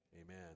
amen